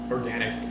Organic